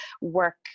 work